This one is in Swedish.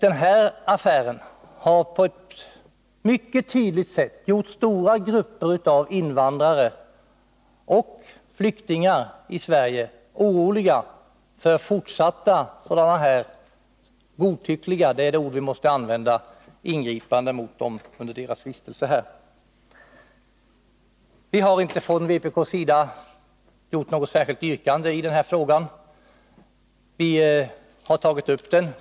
Det är mycket tydligt att den här affären gjort att stora grupper av invandrare och flyktingar i Sverige är oroliga för att sådana här godtyckliga — det är det ord vi här måste använda — ingripanden mot dem under deras vistelse här skall upprepas. Vi har från vpk:s sida inte framställt något särskilt yrkande i frågan. Vi har bara berört den.